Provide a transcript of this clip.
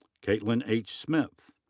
caitlin h. smith.